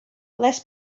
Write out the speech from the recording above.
less